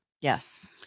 Yes